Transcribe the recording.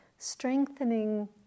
Strengthening